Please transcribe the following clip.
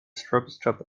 stroboscope